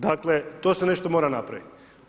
Dakle to se nešto mora napravit.